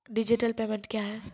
Digital payment क्या हैं?